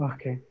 Okay